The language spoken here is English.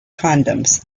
condoms